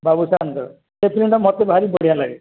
ବାବୁସାନ୍ଙ୍କର ସେ ଫିଲ୍ମଟା ମୋତେ ଭାରି ବଢ଼ିଆ ଲାଗେ